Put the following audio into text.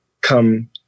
come